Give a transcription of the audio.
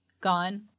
gone